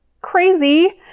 Crazy